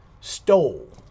stole